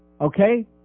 okay